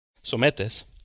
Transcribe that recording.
¿Sometes